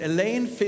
Elaine